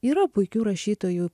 yra puikių rašytojų